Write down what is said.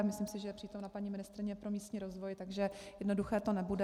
Myslím si, že je přítomna paní ministryně pro místní rozvoj, takže jednoduché to nebude.